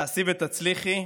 עשי והצליחי,